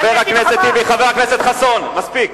חבר הכנסת טיבי, חבר הכנסת חסון, מספיק.